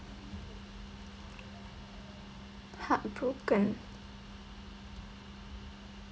heartbroken